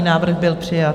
Návrh byl přijat.